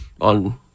on